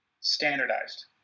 standardized